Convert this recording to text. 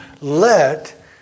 let